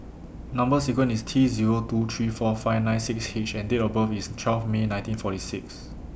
Number sequence IS T Zero two three four five nine six H and Date of birth IS twelve May nineteen forty six